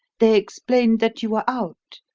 they explained that you were out,